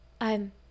I'm